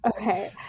Okay